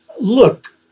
look